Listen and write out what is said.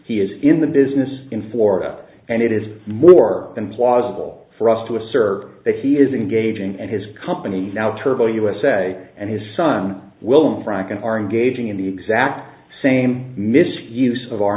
he is in the business in florida and it is more than plausible for us to assert that he is engaging and his company now turbo usa and his son will own franken are engaging in the exact same misuse of our